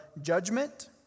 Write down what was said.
judgment